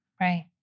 Right